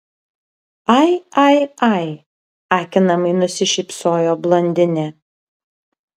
ai ai ai akinamai nusišypsojo blondinė